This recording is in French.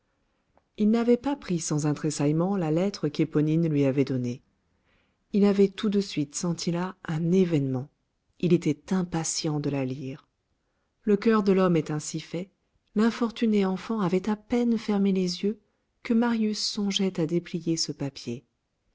il n'avait pas pris sans un tressaillement la lettre qu'éponine lui avait donnée il avait tout de suite senti là un événement il était impatient de la lire le coeur de l'homme est ainsi fait l'infortunée enfant avait à peine fermé les yeux que marius songeait à déplier ce papier